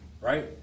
Right